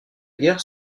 guerre